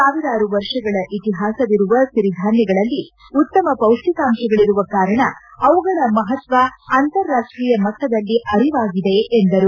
ಸಾವಿರಾರು ವರ್ಷಗಳ ಇತಿಹಾಸವಿರುವ ಸಿರಿಧಾನ್ಯಗಳಲ್ಲಿ ಉತ್ತಮ ಪೌಷ್ಠಿಕಾಂಶಗಳಿರುವ ಕಾರಣ ಅವುಗಳ ಮಹತ್ವ ಅಂತರಾಷ್ಟ್ರೀಯ ಮಣ್ಣದಲ್ಲಿ ಅರಿವಾಗಿದೆ ಎಂದರು